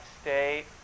state